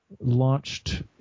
launched